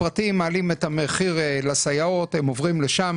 הפרטיים מעלים את המחיר לסייעות, הם עוברים לשם.